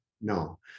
no